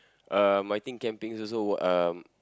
um I think camping also will um